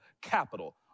capital